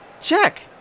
check